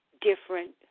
different